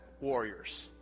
warriors